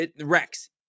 Rex